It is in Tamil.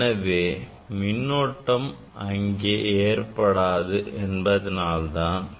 எனவே மின்னோட்டம் அங்கே ஏற்படாது என்பதனால் தான்